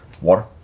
Water